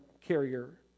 carrier